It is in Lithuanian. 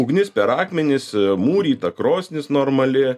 ugnis per akmenis mūryta krosnis normali